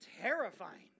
terrifying